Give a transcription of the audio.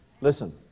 Listen